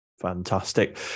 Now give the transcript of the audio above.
Fantastic